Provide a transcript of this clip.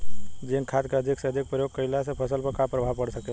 Zinc खाद क अधिक से अधिक प्रयोग कइला से फसल पर का प्रभाव पड़ सकेला?